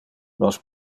nos